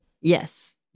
Yes